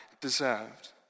deserved